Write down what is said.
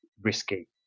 risky